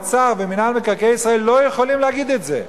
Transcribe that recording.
האוצר ומינהל מקרקעי ישראל לא יכולים להגיד את זה.